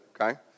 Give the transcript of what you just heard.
okay